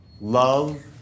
love